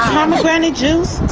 pomegranate juice.